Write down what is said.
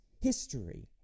history